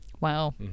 Wow